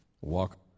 walk